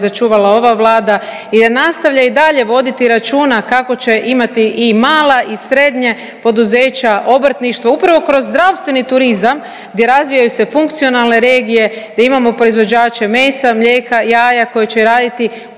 sačuvala ova Vlada jer nastavlja i dalje voditi računa kako će imati i mala i srednja poduzeća, obrtništvo upravo kroz zdravstveni turizam gdje razvijaju se funkcionalne regije, da imamo proizvođače mesa, mlijeka, jaja koja će raditi